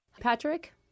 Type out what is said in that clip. Patrick